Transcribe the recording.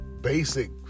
Basic